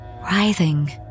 Writhing